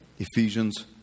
Ephesians